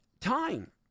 time